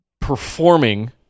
performing